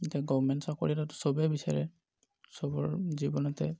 এতিয়া গভ্মেণ্ট চাকৰি এটাটো চবে বিচাৰে চবৰ জীৱনতে